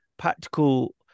practical